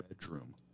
bedroom